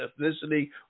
ethnicity